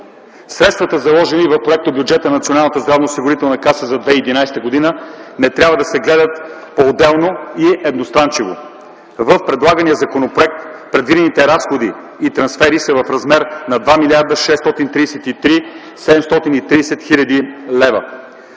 Средствата, заложени в проектобюджета на Националната здравноосигурителна каса за 2011 г. не трябва да се гледат поотделно и едностранчиво. В предлагания законопроект предвидените разходи и трансфери са в размер на 2 млрд. 633 млн. 730 хил. лв.